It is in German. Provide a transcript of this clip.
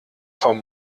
vom